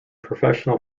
professional